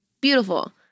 beautiful